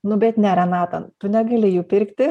nu bet ne renata tu negali jų pirkti